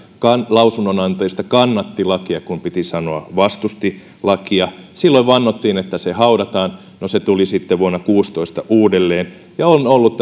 lausunnonantajista kannatti lakia kun piti sanoa että vastusti lakia silloin vannottiin että se haudataan no se tuli sitten vuonna kuusitoista uudelleen ja on ollut